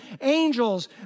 Angels